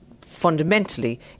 fundamentally